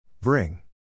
Bring